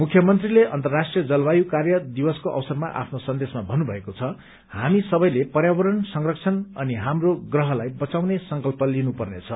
मुख्यमन्त्रीले अन्तर्राष्ट्रीय जलवायु कार्य दिवसको अवसरमा आफ्नो सन्देशमा भन्नुभएको छ हामी सबैले पर्यावरणको संरक्षण अनि हाम्रो प्रहलाई बचाउने संकल्प लिनु पर्नेछ